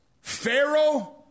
Pharaoh